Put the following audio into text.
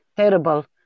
terrible